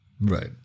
Right